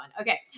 Okay